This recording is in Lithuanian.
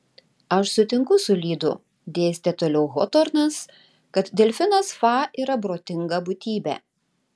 aš sutinku su lydu dėstė toliau hotornas kad delfinas fa yra protinga būtybė